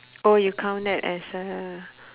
oh you count that as a